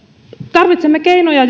tarvitsemme keinoja